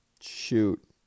Shoot